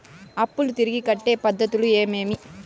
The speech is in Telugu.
అప్పులు తిరిగి కట్టే పద్ధతులు ఏవేవి